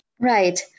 Right